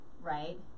Right